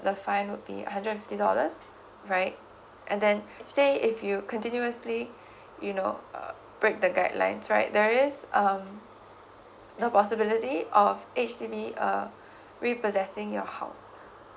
the fine would be a hundred and fifty dollars right and then say if you continuously you know uh break the guidelines right there is um the possibility of H_D_B uh repossessing your house